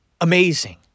Amazing